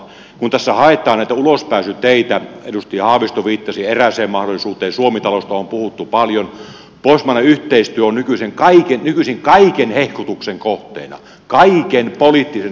kun tässä haetaan näitä ulospääsyteitä edustaja haavisto viittasi erääseen mahdollisuuteen suomi talosta on puhuttu paljon pohjoismainen yhteistyö on nykyisin kaiken hehkutuksen kohteena kaiken poliittisen hehkutuksen kohteena